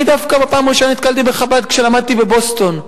אני בפעם הראשונה נתקלתי בחב"ד דווקא כשלמדתי בבוסטון.